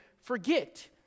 forget